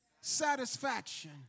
satisfaction